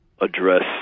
address